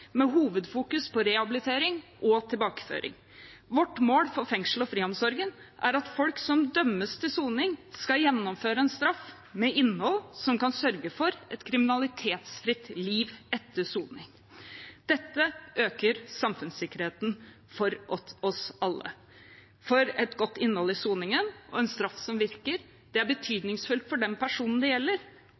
med hovedfokus på rehabilitering og tilbakeføring. Vårt mål for fengsels- og friomsorgen er at folk som dømmes til soning, skal gjennomføre en straff med innhold som kan sørge for et kriminalitetsfritt liv etter soning. Dette øker samfunnssikkerheten for oss alle. Et godt innhold i soningen og en straff som virker, er betydningsfullt for den personen det gjelder,